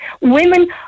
women